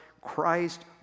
Christ